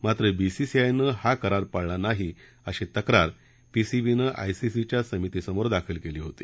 मात्र बीसीसीआयनं हर करार पाळला नाही अशी तक्रार पीसीबीनं आयसीसीच्या समितीसमोर दाखल केली होती